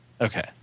Okay